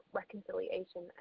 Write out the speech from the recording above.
reconciliation